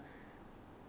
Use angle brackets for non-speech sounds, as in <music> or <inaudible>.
<breath>